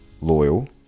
loyal